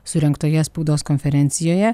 surengtoje spaudos konferencijoje